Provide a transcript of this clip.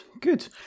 good